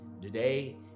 Today